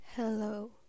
Hello